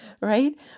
right